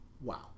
wow